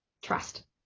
Trust